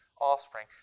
offspring